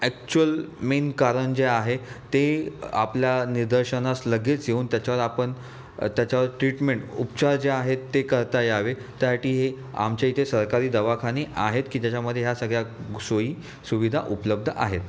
actual main कारण जे आहे ते आपल्या निदर्शनास लगेच येऊन त्याच्यावर आपण त्याच्यावर ट्रीटमेंट उपचार जे आहेत ते करता यावे त्यासाठी हे आमच्या इथे सहकारी दवाखाने आहेत की ज्याच्यामध्ये ह्या सगळ्या सोई सुविधा उपलब्ध आहेत